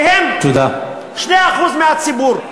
כי הם 2% מהציבור.